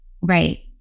right